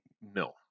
no